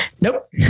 Nope